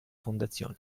fondazione